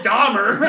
Dahmer